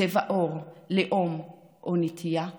צבע עור, לאום או נטייה מינית.